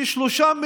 שרים,